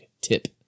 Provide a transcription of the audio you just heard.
tip